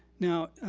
now,